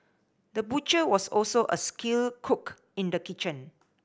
the butcher was also a skilled cook in the kitchen